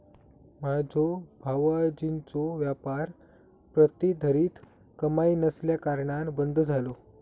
माझ्यो भावजींचो व्यापार प्रतिधरीत कमाई नसल्याकारणान बंद झालो